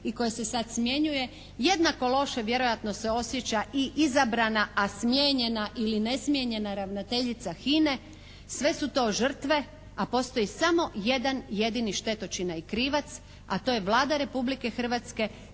i koje se sad smjenjuje, jednako loše vjerojatno se osjeća i izabrana a smijenjena ili nesmijenjena ravnateljica HINA-e. Sve su to žrtve a postoji samo jedan jedini štetočina i krivac a to je Vlada Republike Hrvatske